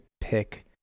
pick